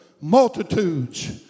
multitudes